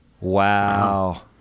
Wow